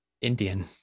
Indian